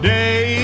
day